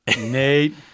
Nate